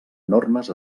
normes